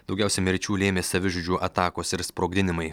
daugiausiai mirčių lėmė savižudžių atakos ir sprogdinimai